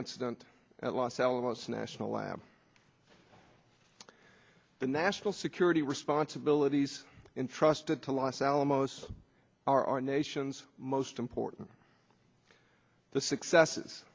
incident at los alamos national lab the national security responsibilities intrusted to los alamos are our nation's most important the successes